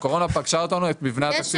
הקורונה פגשה אותנו את מבנה התקציב הקיים.